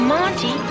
Monty